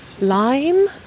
Lime